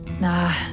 Nah